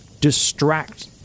distract